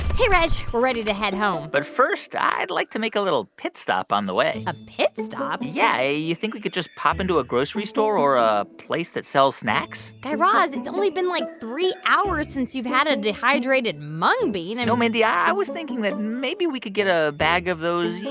hey, reg. we're ready to head home but first, i'd like to make a little pit stop on the way a pit stop? yeah. you think we could just pop into a grocery store or a place that sells snacks? guy raz, it's only been, like, three hours since you've had a dehydrated mung bean no, mindy, i was thinking that maybe we could get a a bag of those, yeah